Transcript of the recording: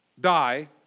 die